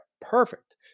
Perfect